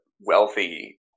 wealthy